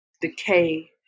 decay